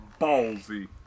Ballsy